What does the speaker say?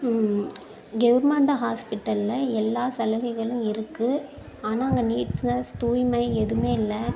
government ஹாஸ்பிட்டலில் எல்லா சலுகைகளும் இருக்குது ஆனால் அங்கே நீட்னஸ் தூய்மை எதுவுமே இல்லை